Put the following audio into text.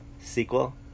sequel